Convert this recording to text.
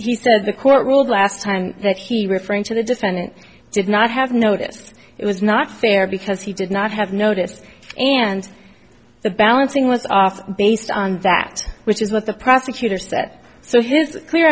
he said the court ruled last time that he referring to the just and did not have noticed it was not fair because he did not have noticed and the balancing was off based on that which is what the prosecutor said so his clear